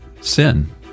sin